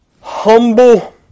humble